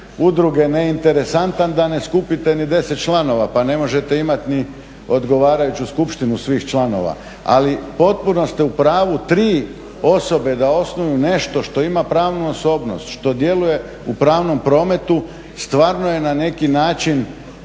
udruge neinteresantan da ne skupite ni 10 članova pa ne možete imati ni odgovarajuću skupštinu svih članova. Ali potpuno ste u pravu, 3 osobe da osnuju nešto što ima pravnu osobnost, što djeluje u pravnom prometu, stvarno je na neki način